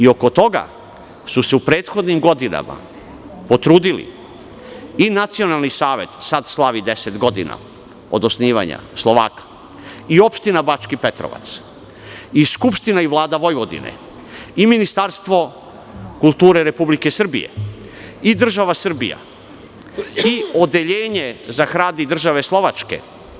Oko toga su se u prethodnim godinama potrudili i Nacionalni savet, sada slavi deset godina od osnivanja Slovaka, i Opština Bački Petrovac i Skupština i Vlada Vojvodine i Ministarstvo kulture Republike Srbije i država Srbija i Odeljenje za rad i države Slovačke.